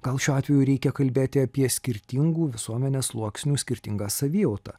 gal šiuo atveju reikia kalbėti apie skirtingų visuomenės sluoksnių skirtingą savijautą